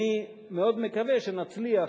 אני מאוד מקווה שנצליח,